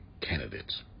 candidates